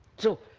so,